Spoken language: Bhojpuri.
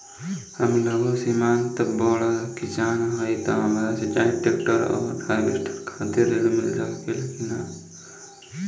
हम लघु सीमांत बड़ किसान हईं त हमरा सिंचाई ट्रेक्टर और हार्वेस्टर खातिर ऋण मिल सकेला का?